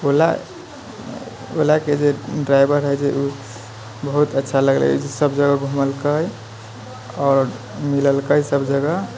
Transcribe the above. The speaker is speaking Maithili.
ओलाके जे ड्राइवर रहै छै ओ बहुत अच्छा लगलै सब जगह घुमेलकै आओर मिलेलकै सब जगह